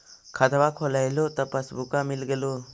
खतवा खोलैलहो तव पसबुकवा मिल गेलो?